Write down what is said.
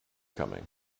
coming